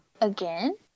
Again